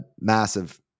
massive